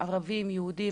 ערבים ויהודים,